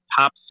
top